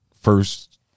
first